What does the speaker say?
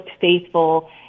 faithful